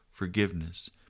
forgiveness